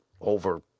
over